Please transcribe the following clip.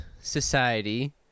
society